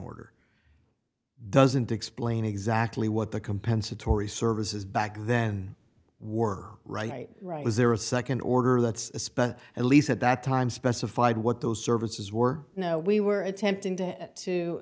order doesn't explain exactly what the compensatory services back then were right right was there a second order that's spent at least at that time specified what those services were no we were attempting to to